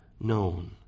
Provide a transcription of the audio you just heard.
known